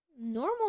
Normal